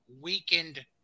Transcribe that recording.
weakened